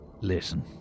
Listen